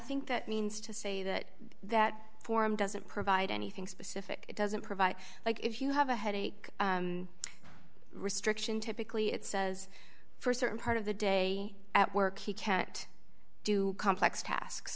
think that means to say that that form doesn't provide anything specific it doesn't provide like if you have a headache and restriction typically it says for certain part of the day at work he can't do complex tasks